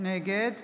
נגד